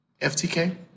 FTK